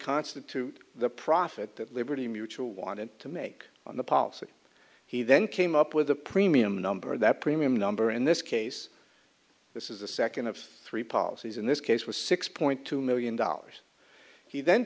constitute the profit that liberty mutual wanted to make on the policy he then came up with a premium number that premium number in this case this is the second of three policies in this case was six point two million dollars he then